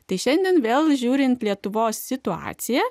tai šiandien vėl žiūrint lietuvos situaciją